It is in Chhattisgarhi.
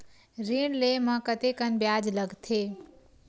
ऋण ले म कतेकन ब्याज लगथे?